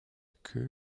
queue